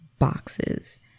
boxes